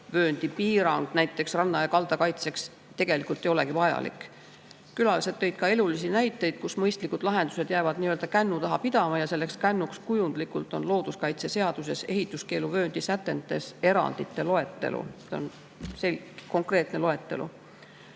piirang näiteks ranna ja kalda kaitseks tegelikult ei ole vajalik. Külalised tõid ka elulisi näiteid, kus mõistlikud lahendused on jäänud nii-öelda kännu taha pidama, ja selleks kännuks on looduskaitseseaduses ehituskeeluvööndi sätetes toodud erandite loetelu. See on konkreetne loetelu.